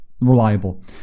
Reliable